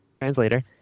translator